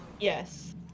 Yes